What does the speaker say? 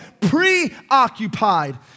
preoccupied